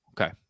Okay